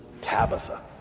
Tabitha